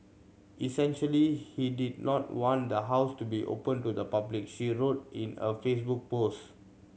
essentially he did not want the house to be open to the public she wrote in a Facebook post